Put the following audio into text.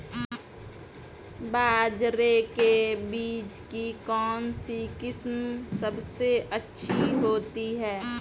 बाजरे के बीज की कौनसी किस्म सबसे अच्छी होती है?